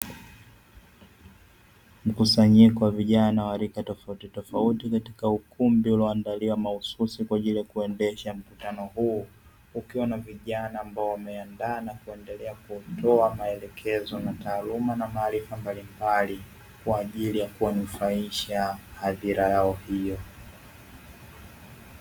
Mkusanyiko kwa vijana wa rika tofautitofauti katika ukumbi ulioandaliwa mahususi kwa ajili ya kuendesha mkutano huu, ukiwa na vijana ambao wameandaa na kuendelea kutoa maelekezo na taaluma na maarifa mbalimbali kwa ajili ya kuwanufaisha hadhira yao hiyo.